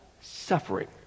suffering